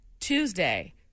Tuesday